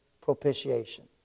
propitiation